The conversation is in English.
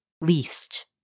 least